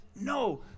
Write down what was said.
No